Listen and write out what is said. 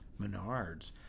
menards